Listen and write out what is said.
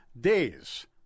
days